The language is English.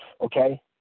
okay